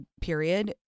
period